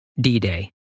D-Day